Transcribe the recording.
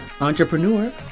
entrepreneur